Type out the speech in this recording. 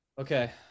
Okay